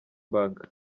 bank